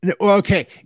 Okay